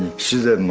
sousa's